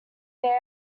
they